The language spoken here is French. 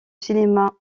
cinéma